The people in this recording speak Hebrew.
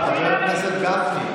חברת הכנסת, חבר הכנסת גפני.